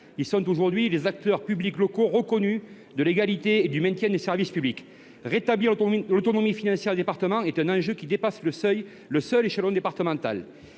ils sont aujourd’hui les acteurs publics locaux reconnus de l’égalité et du maintien des services publics. Rétablir l’autonomie financière des départements est un enjeu qui dépasse le seul échelon départemental.